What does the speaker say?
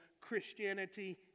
Christianity